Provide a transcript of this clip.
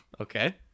Okay